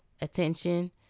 attention